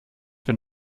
wenn